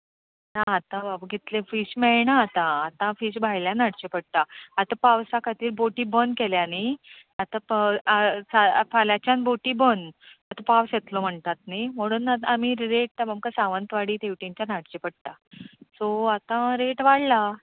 ना आतां बाबा तितलें फीश मेळना आतां आतां फीश भायल्यान हाडचें पडटा आतां पावसा खातीर बोटी बंद केल्या न्हय आतां फाल्यांच्यान बोटी बंद आतां पावस येतलो म्हणटात न्हय म्हणून आमी रेट आमकां सावंतवाडी थंयच्यान हाडचें पडटा सो आतां रेट वाडला